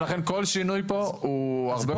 ולכן כל שינוי פה הוא הרבה יותר מורכב.